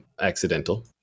accidental